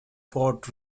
port